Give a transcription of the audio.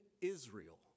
Israel